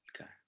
okay